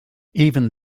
even